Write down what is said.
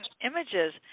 images